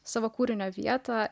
savo kūrinio vietą